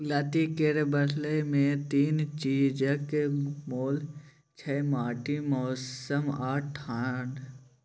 लत्ती केर बढ़य मे तीन चीजक मोल छै माटि, मौसम आ ढाठ